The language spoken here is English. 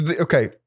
Okay